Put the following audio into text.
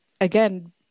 again